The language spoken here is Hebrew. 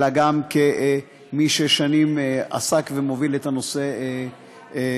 אלא גם כמי ששנים עסק ומוביל את הנושא בכנסת.